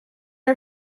are